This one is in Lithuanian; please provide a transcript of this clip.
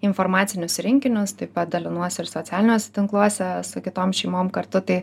informacinius rinkinius taip pat dalinuosi ir socialiniuose tinkluose su kitom šeimom kartu tai